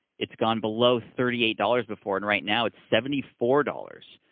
it's gone below thirty eight dollars before, and right now, it's seventy four dollars.